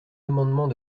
amendement